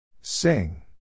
Sing